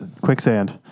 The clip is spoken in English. quicksand